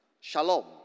Shalom